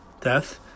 death